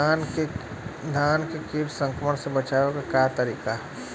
धान के कीट संक्रमण से बचावे क का तरीका ह?